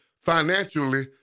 financially